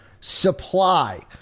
supply